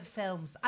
films